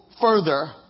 further